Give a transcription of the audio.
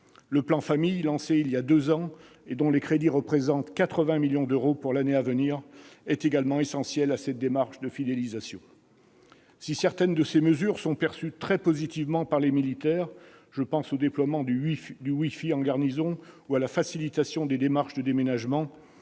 Le plan Famille, lancé voilà deux ans, dont les crédits représentent 80 millions d'euros pour l'année à venir, est également essentiel à cette démarche de fidélisation. Si certaines de ces mesures sont perçues de façon très positive par les militaires- je pense au déploiement du wifi en garnison ou à la facilitation des démarches de déménagement